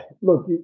Look